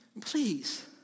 Please